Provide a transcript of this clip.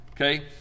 okay